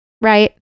right